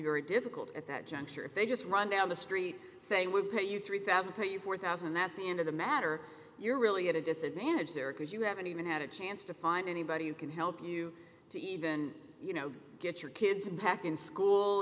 very difficult at that juncture if they just run down the street say with pay you three thousand pay you four thousand and that's the end of the matter you're really at a disadvantage there because you haven't even had a chance to find anybody who can help you to even you know get your kids unpack in school